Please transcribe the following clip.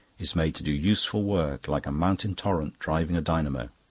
is made to do useful work, like a mountain torrent driving a dynamo.